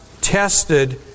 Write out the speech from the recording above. tested